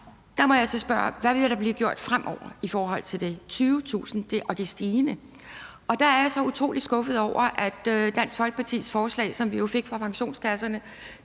Der må jeg så spørge: Hvad vil der blive gjort fremover i forhold til det? Altså, det er 20.000, og antallet er stigende. Og der er jeg så utrolig skuffet over, at Dansk Folkepartis forslag, som vi jo fik fra pensionskasserne,